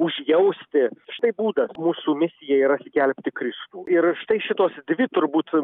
užjausti štai būdas mūsų misija yra skelbti kristų ir štai šitos dvi turbūt